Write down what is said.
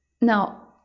Now